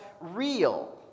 real